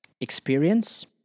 experience